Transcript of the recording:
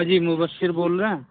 جی مبشر بول رہے ہیں